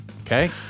Okay